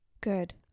Good